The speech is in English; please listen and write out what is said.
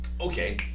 Okay